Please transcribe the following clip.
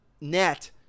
net